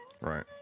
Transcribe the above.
Right